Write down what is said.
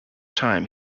time